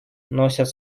носят